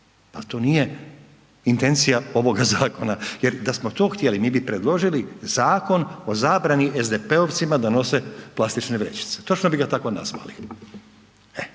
Pa to nije intencija ovoga zakona jer da smo to htjeli, mi bi predložili zakon o zabrani SDP-ovcima da nose plastične vrećice, točno bi ga tako nazvali.